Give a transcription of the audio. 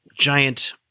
giant